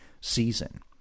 season